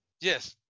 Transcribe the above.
Yes